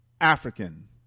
African